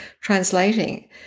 translating